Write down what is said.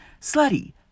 slutty